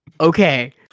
Okay